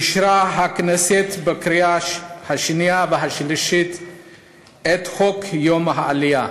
אישרה הכנסת בקריאה השנייה והשלישית את חוק יום העלייה,